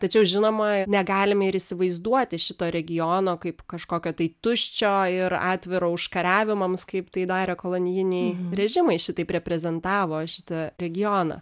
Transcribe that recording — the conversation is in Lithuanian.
tačiau žinoma negalime ir įsivaizduoti šito regiono kaip kažkokio tai tuščio ir atviro užkariavimams kaip tai darė kolonijiniai režimai šitaip reprezentavo šitą regioną